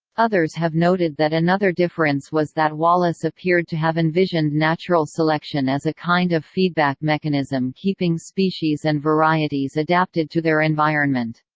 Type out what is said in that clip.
others have noted that another difference was that wallace appeared to have envisioned natural selection as a kind of feedback mechanism keeping species and varieties adapted to their environment.